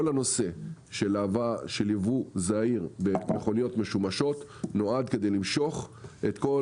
כל הנושא של יבוא זעיר במכוניות משומשות נועד כדי למשוך את כל